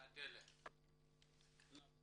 טדלה גזאין,